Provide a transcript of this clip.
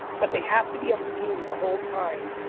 but they have to be on zoom the whole time,